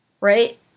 right